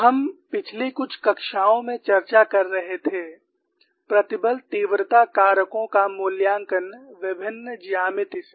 हम पिछली कुछ कक्षाओं में चर्चा कर रहे थे प्रतिबल तीव्रता कारकों का मूल्यांकन विभिन्न ज्यामिति से